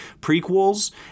prequels